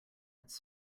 its